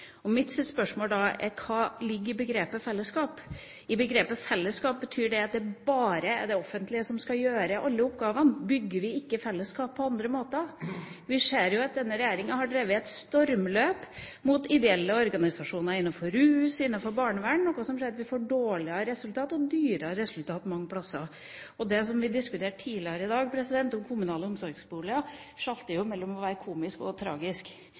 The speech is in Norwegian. Mitt spørsmål er da: Hva ligger i begrepet «fellesskap»? Fellesskap, betyr det at det bare er det offentlige som skal gjøre alle oppgavene? Bygger vi ikke fellesskap på andre måter? Vi ser at denne regjeringa har drevet et stormløp mot ideelle organisasjoner innenfor rus, innenfor barnevern, noe som gjør at vi får dårligere resultat, og det blir i mange tilfeller dyrere. Det vi diskuterte tidligere i dag – kommunale omsorgsboliger – veksler mellom å være komisk og tragisk.